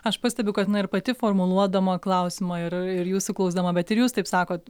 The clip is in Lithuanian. aš pastebiu kad ir pati formuluodama klausimą ir ir jūsų klausdama bet ir jūs taip sakot